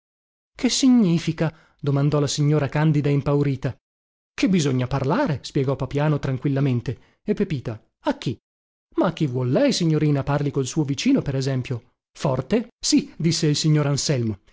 che significa domandò la signora candida impaurita che bisogna parlare spiegò papiano tranquillamente e pepita a chi ma a chi vuol lei signorina parli col suo vicino per esempio forte sì disse il signor anselmo